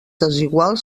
desigual